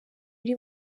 iri